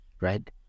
right